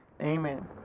Amen